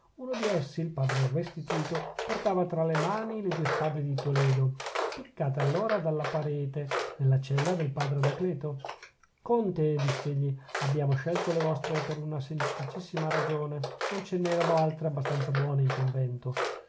uno di essi il padre restituto portava tra mani le due spade di toledo spiccate allora dalla parete nella cella del padre anacleto conte disse egli abbiamo scelto le vostre per una semplicissima ragione non ce n'erano altre abbastanza buone in convento